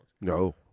No